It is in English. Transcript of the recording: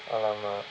!alamak!